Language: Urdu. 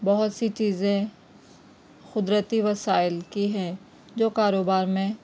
بہت سی چیزیں قدرتی وسائل کی ہیں جو کاروبار میں